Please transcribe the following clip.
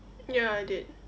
ya I did